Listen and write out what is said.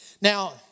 Now